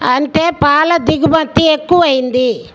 అంటే పాల దిగుమతి ఎక్కువ అయింది